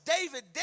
David